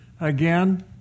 again